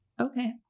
Okay